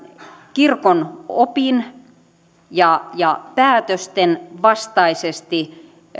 kirkon opin ja ja päätösten vastaisesti